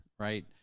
Right